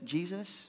Jesus